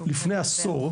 לפני עשור,